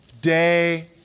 day